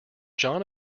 john